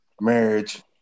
marriage